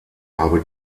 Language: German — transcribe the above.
habe